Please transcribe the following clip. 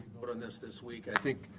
but um this this week. i think,